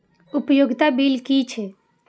उपयोगिता बिल कि छै?